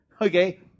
okay